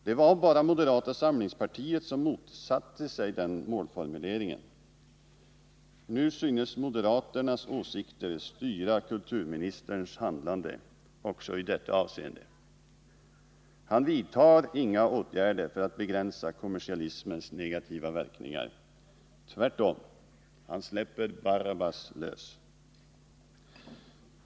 Det var bara moderata samlingspartiet som motsatte sig den målformuleringen. Nu synes moderaternas åsikter styra kulturministerns handlande i detta avseende. Han vidtar inga åtgärder för att begränsa kommersialismens negativa verkningar. Tvärtom! Han släpper Barabbas lös.